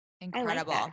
Incredible